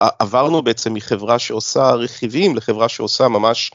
עברנו בעצם מחברה שעושה רכיבים לחברה שעושה ממש.